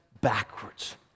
backwards